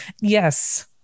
yes